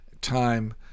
time